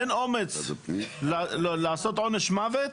אין אומץ לקבוע עונש מוות,